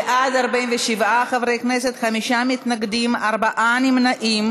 בעד, 47 חברי כנסת, חמישה מתנגדים, ארבעה נמנעים.